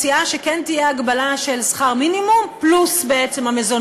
מציעה שכן תהיה הגבלה של שכר מינימום פלוס המזונות.